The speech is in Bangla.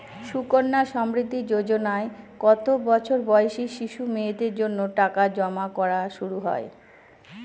সুকন্যা সমৃদ্ধি যোজনায় কত বছর বয়সী শিশু মেয়েদের জন্য টাকা জমা করা শুরু হয়?